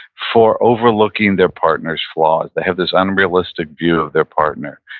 for overlooking their partner's flaws. they have this unrealistic view of their partner,